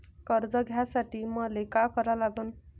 कर्ज घ्यासाठी मले का करा लागन?